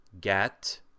Get